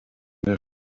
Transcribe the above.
der